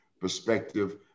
perspective